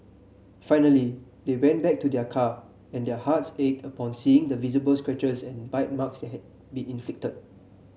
finally they went back to their car and their hearts ached upon seeing the visible scratches and bite marks had been inflicted